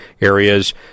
areas